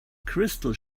crystal